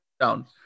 down